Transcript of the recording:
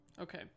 Okay